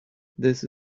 this